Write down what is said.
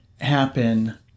happen